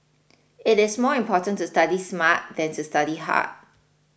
it is more important to study smart than to study hard